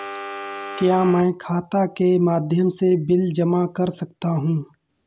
क्या मैं खाता के माध्यम से बिल जमा कर सकता हूँ?